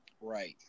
Right